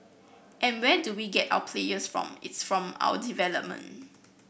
and where do we get our players from it's from our development